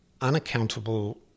unaccountable